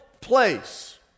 place